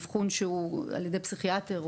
על ידי פסיכיאטר,